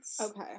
Okay